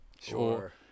Sure